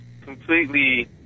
completely